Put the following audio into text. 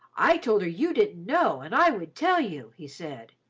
i told her you didn't know, and i would tell you, he said.